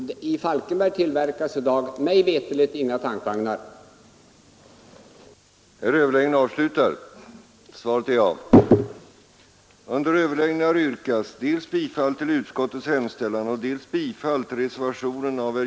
Mig veterligt tillverkas det normalt inte några cisternvagnar i Falkenberg i dag.